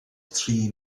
tri